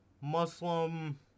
Muslim